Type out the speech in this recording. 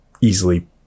easily